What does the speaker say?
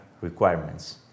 requirements